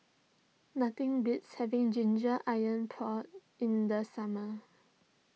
nothing beats having Ginger Iron Pork in the summer